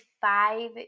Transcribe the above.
five